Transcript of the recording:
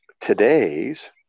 today's